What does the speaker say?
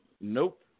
Nope